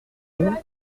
vous